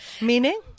Meaning